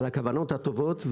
על הכוונות הטובות,